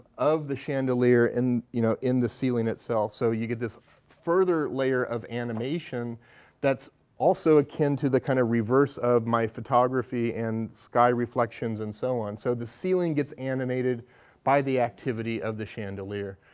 of the chandelier, you know, in the ceiling itself. so you get this further layer of animation that's also akin to the kind of reverse of my photography and sky reflections and so on. so the ceiling gets animated by the activity of the chandelier.